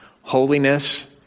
Holiness